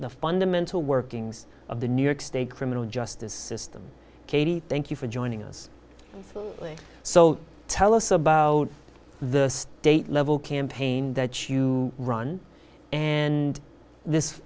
the fundamental workings of the new york state criminal justice system katie thank you for joining us so tell us about the state level campaign that you run and this